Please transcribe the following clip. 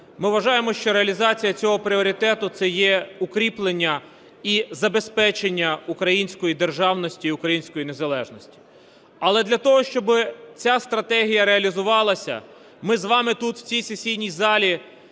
Ми вважаємо, що реалізація цього пріоритету – це є укріплення і забезпечення української державності і української незалежності. Але для того, щоб ця стратегія реалізувалася, ми з вами тут, в цій сесійній залі,